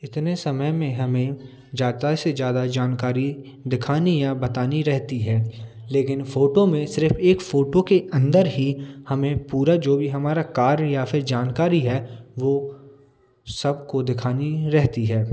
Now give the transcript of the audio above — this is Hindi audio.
इतने समय में हमें ज़्यादा से ज़्यादा जानकारी दिखानी है या बतानी रहती है लेकिन फोटो में सिर्फ एक फोटो के अंदर ही हमें पूरा जो भी हमारा कार्य या फिर जानकारी है वो सबको दिखानी रहती है